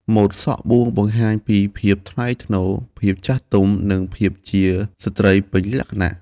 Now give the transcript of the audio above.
ម៉ូតសក់បួងបង្ហាញពីភាពថ្លៃថ្នូរ ភាពចាស់ទុំ និងភាពជាស្ត្រីពេញលក្ខណៈ។